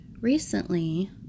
recently